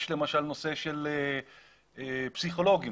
למשל פסיכולוגים,